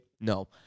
No